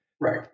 Right